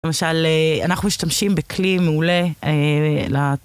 למשל אנחנו משתמשים בכלי מעולה